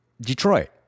Detroit